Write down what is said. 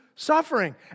Suffering